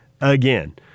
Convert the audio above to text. Again